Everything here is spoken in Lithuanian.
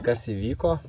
kas įvyko